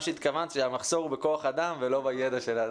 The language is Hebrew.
שהתכוונת זה למחסור בכוח אדם ולא לידע.